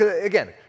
Again